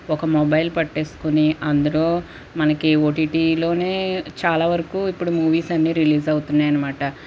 ఒక మొబైల్ పట్టేసుకుని అందరు మనకి ఓటిటిలోనే చాలావరకు ఇప్పుడు మూవీస్ అనేవి రిలీజ్ అవుతున్నాయి అనమాట